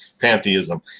Pantheism